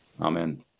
Amen